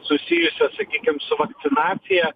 susijusias sakykim su vakcinacija